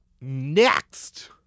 Next